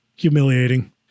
humiliating